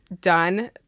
done